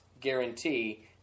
guarantee